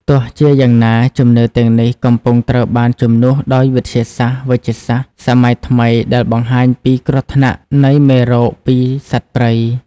ទោះជាយ៉ាងណា ជំនឿទាំងនេះកំពុងត្រូវបានជំនួសដោយវិទ្យាសាស្ត្រវេជ្ជសាស្ត្រសម័យថ្មីដែលបង្ហាញពីគ្រោះថ្នាក់នៃមេរោគពីសត្វព្រៃ។